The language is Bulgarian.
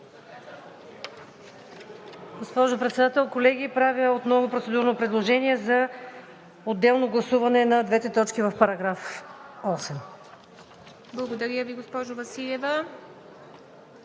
Благодаря Ви, госпожо Василева.